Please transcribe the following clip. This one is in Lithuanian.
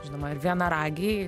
žinoma ir vienaragiai